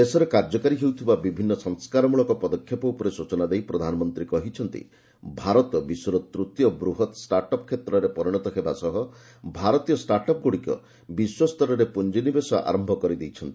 ଦେଶରେ କାର୍ଯ୍ୟକାରୀ ହେଉଥିବା ବିଭିନ୍ନ ସଂସ୍କାରମୂଳକ ପଦକ୍ଷେପ ଉପରେ ସୂଚନା ଦେଇ ପ୍ରଧାନମନ୍ତ୍ରୀ କହିଛନ୍ତି ଭାରତ ବିଶ୍ୱର ତୂତୀୟ ବୃହତ ଷ୍ଟାର୍ଟ ଅପ୍ କ୍ଷେତ୍ରରେ ପରିଣତ ହେବା ସହ ଭାରତୀୟ ଷ୍ଟାର୍ଟ ଅପ୍ଗୁଡ଼ିକ ବିଶ୍ୱସ୍ତରରେ ପୁଞ୍ଜି ନିବେଶ ଆରମ୍ଭ କରିଦେଇଛନ୍ତି